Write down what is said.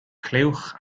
clywch